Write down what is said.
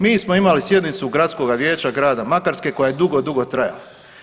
Mi smo imali sjednicu Gradskoga vijeća grada Makarske koja je dugo, dugo trajala.